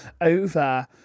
over